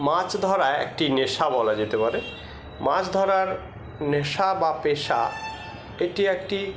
মাছ ধরা একটি নেশা বলা যেতে পারে মাছ ধরার নেশা বা পেশা এটি একটি